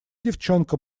девчонка